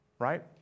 Right